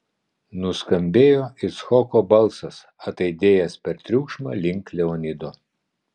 nuskambėjo icchoko balsas ataidėjęs per triukšmą link leonido